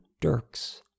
Dirks